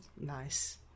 nice